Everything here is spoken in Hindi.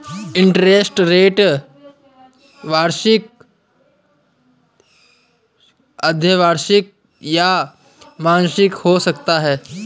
इंटरेस्ट रेट वार्षिक, अर्द्धवार्षिक या मासिक हो सकता है